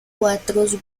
cuatros